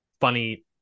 funny